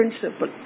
principle